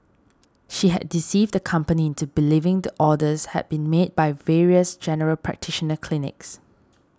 she had deceived the company into believing the orders had been made by various general practitioner clinics